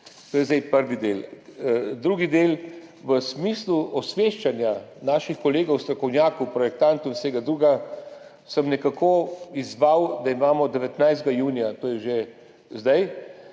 To je zdaj prvi del. Drugi del. V smislu osveščanja naših kolegov strokovnjakov, projektantov in vseh drugih sem nekako izzval, da imamo 19. junija, to je že zdaj,